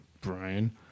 Brian